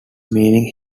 meaning